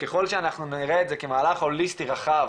וככל שנראה את זה כמהלך הוליסטי רחב,